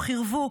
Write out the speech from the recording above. חירבו,